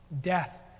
death